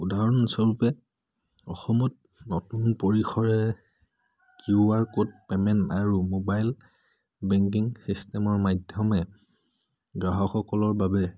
উদাহৰণস্বৰূপে অসমত নতুন পৰিসৰে কিউ আৰ ক'ড পে'মেণ্ট আৰু মোবাইল বেংকিং ছিষ্টেমৰ মাধ্যমে গ্ৰাহকসকলৰ বাবে